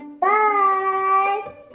Bye